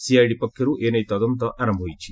CID ପକ୍ଷରୁ ଏନେଇ ତଦନ୍ତ ଆରମ୍ଭ ହୋଇଛି